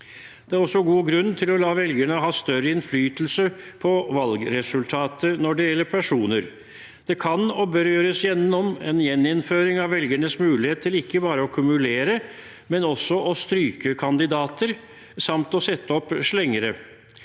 Det er også god grunn til å la velgerne ha større innflytelse på valgresultatet når det gjelder personer. Det kan og bør gjøres en gjeninnføring av velgernes mulighet til ikke bare å kumulere, men også å stryke kandidater samt å sette opp slengere.